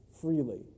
freely